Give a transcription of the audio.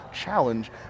challenge